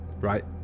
right